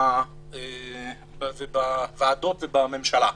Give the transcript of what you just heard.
בוועדות ובממשלה.